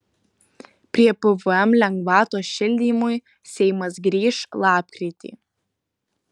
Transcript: prie pvm lengvatos šildymui seimas grįš lapkritį